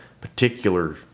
particular